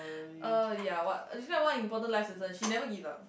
uh ya what describe one important life lesson she never give up